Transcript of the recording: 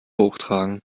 hochtragen